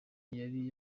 yari